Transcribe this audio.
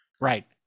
right